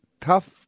tough